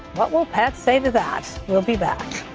what will pat say to that? we will be back.